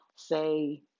say